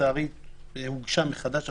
שלצערי הוגשה מחדש עכשיו.